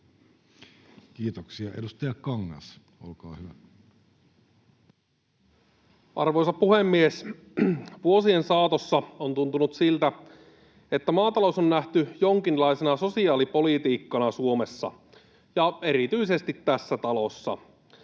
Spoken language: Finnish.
Kiitoksia. — Edustaja Kangas, olkaa hyvä. Arvoisa puhemies! Vuosien saatossa on tuntunut siltä, että maatalous on nähty jonkinlaisena sosiaalipolitiikkana Suomessa ja erityisesti tässä talossa.